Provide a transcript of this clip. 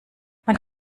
man